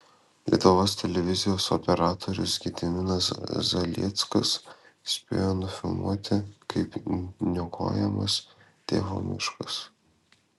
lietuvos televizijos operatorius gediminas zalieckas spėjo nufilmuoti kaip niokojamas tėvo miškas